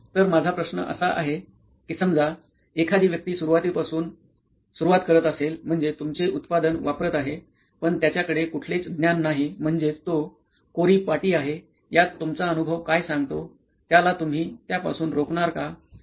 तर माझा प्रश्न असा आहे कि समजा एखादी व्यक्ती सुरवातीपासून सुरवात करत असेल म्हणजे तुमचे उत्पादन वापरत आहे पण त्याच्याकडे कुठलेच ज्ञान नाही म्हणजेच तो कोरी पाटी आहे यात तुमचा अनुभव काय सांगतो त्याला तुम्ही त्या पासून रोखणार का